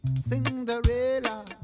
Cinderella